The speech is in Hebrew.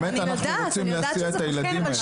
באמת, אנחנו רוצים להסיע את הילדים האלה.